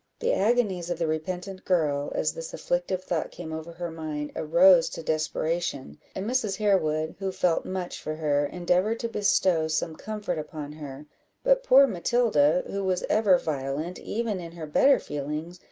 the agonies of the repentant girl, as this afflictive thought came over her mind, arose to desperation and mrs. harewood, who felt much for her, endeavoured to bestow some comfort upon her but poor matilda, who was ever violent, even in her better feelings,